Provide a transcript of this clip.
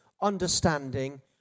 understanding